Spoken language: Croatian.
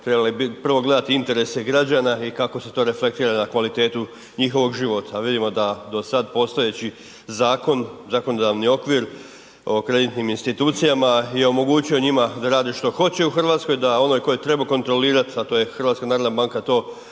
Hrvatska narodna banka,